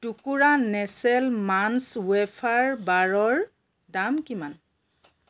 টুকুৰা Nestle' Munch wafer বাৰৰ দাম কিমান